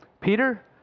Peter